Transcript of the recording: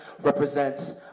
represents